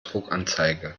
druckanzeige